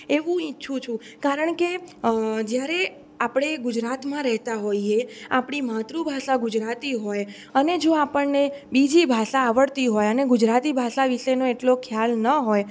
એ હું ઈચ્છું છું કારણ કે જ્યારે આપણે ગુજરાતમાં રહેતા હોઈએ આપણી માતૃભાષા ગુજરાતી હોય અને જો આપણને બીજી ભાષા આવડતી હોય અને ગુજરાતી ભાષા વિશેનો એટલો ખ્યાલ ન હોય